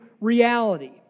reality